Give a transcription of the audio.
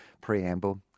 preamble